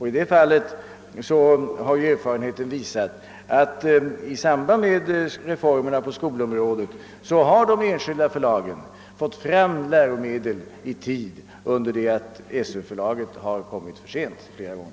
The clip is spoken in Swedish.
I samband med reformerna på skolområdet har erfarenheterna visat att de enskilda förlagen fått fram läromedel i tid under det att Sö-förlaget flera gånger kommit för sent.